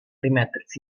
rimettersi